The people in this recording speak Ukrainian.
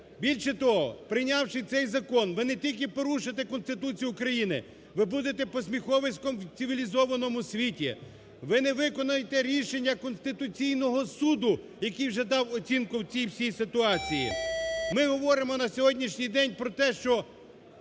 Більше того, прийнявши цей закон, ви не тільки порушите Конституцію України, ви будете посміховиськом у цивілізованому світі, ви не виконаєте рішення Конституційного Суду, який вже дав оцінку цій всій ситуації. Ми говоримо на сьогоднішній день про те, що